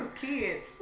kids